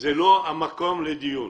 זה לא המקום לדיון.